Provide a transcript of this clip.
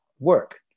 work